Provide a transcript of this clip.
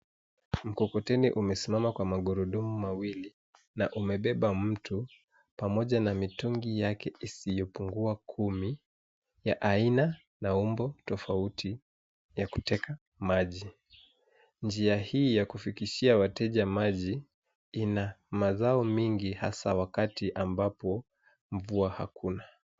Mkokoteni umesimama kwa magurudumu mawili na umebeba mtu pamoja na mitungi yake isiyopungua kumi ya aina na umbo tofauti ya kuteka maji. Njia hii ya kufikishia wateja maji ina mazao mingi hasa wakati ambapo mvua hakuna.